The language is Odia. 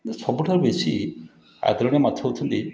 କିନ୍ତୁ ସବୁଠାରୁ ବେଶୀ ଆଦରଣୀୟ ମାଛ ହେଉଛନ୍ତି